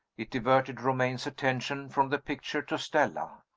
it diverted romayne's attention from the picture to stella.